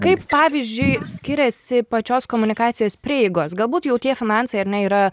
kaip pavyzdžiui skiriasi pačios komunikacijos prieigos galbūt jau tie finansai ar ne yra